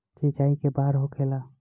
सिंचाई के बार होखेला?